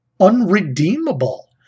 unredeemable